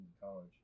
college